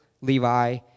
Levi